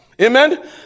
Amen